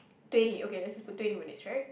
twenty okay let's just put twenty minutes right